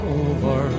over